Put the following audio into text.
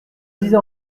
disais